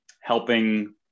helping